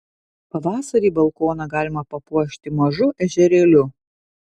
pavasarį balkoną galima papuošti mažu ežerėliu